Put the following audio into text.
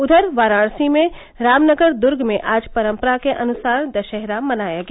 उधर वाराणसी में रामनगर दूर्ग में आज परम्परा के अनुसार दशहरा मनाया गया